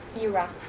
era